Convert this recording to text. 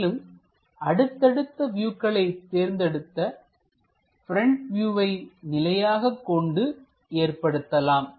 மேலும் அடுத்தடுத்த வியூக்களை தேர்ந்தெடுக்க ப்ரெண்ட் வியூவை நிலையாகக் கொண்டு ஏற்படுத்தலாம்